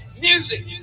music